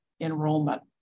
enrollment